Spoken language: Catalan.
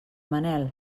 manel